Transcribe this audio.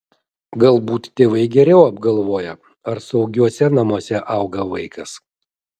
galbūt tėvai geriau apgalvoja ar saugiuose namuose auga vaikas